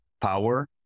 power